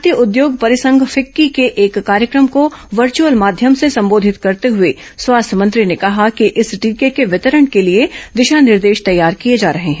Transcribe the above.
भारतीय उद्योग परिसंघ फिक्की के एक कार्यक्रम को वर्च्अल माध्यम से संबोधित करते हुए स्वास्थ्य मंत्री ने कहा कि इस टीके के वितरण के लिए दिशा निर्देश तैयार ॅकिए जा रहे हैं